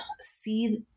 see